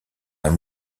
d’un